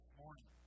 morning